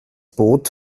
boot